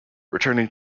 returning